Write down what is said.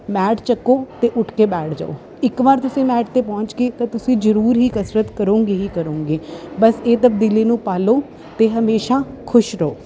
mat ਚੁੱਕੋ ਅਤੇ ਉੱਠ ਕੇ ਬੈਠ ਜਾਓ ਇੱਕ ਵਾਰ ਤੁਸੀਂ ਮੈਟ 'ਤੇ ਪਹੁੰਚ ਗਏ ਤਾਂ ਤੁਸੀਂ ਜ਼ਰੂਰ ਹੀ ਕਸਰਤ ਕਰੋਗੇ ਹੀ ਕਰੋਗੇ ਬਸ ਇਹ ਤਬਦੀਲੀ ਨੂੰ ਪਾ ਲਓ ਅਤੇ ਹਮੇਸ਼ਾ ਖੁਸ਼ ਰਹੋ